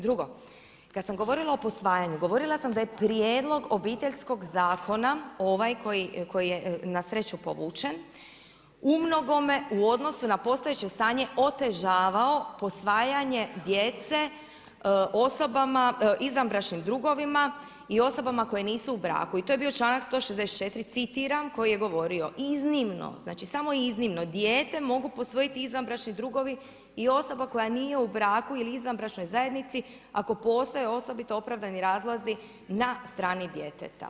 Drugo, kad sam govorila o posvajanju, govorila sam da je prijedlog Obiteljskog zakona ovaj koji je na sreću povučen, u mnogome u odnosu na postojeće stajne otežavao posvajanje djece osobama izvanbračnim drugovima i osobama koje nisu u braku i to je članak 164, citiram koji je govorio iznimno, znači samo iznimno dijete mogu posvojiti izvanbračni drugovi i osoba koja nije u braku ili izvanbračnoj zajednici ako postoje osobito opravdani razlozi na strani djeteta.